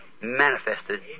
manifested